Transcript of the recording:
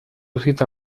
cita